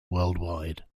worldwide